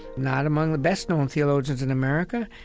not among the best-known theologians in america,